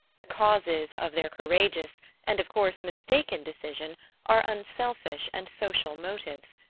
the causes of their courageous and, of course, mistaken decision are unselfish and social motives,